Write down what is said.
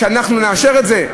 שאנחנו נאשר את זה?